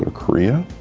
ah korea,